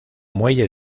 muelle